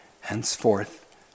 henceforth